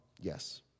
Yes